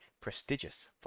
prestigious